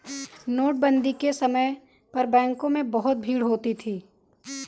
नोटबंदी के समय पर बैंकों में बहुत भीड़ होती थी